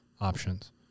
options